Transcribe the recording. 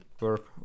work